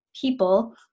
people